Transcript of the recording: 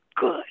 Good